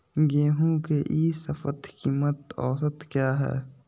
गेंहू के ई शपथ कीमत औसत क्या है?